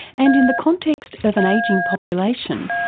and in the context of an ageing population,